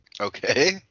Okay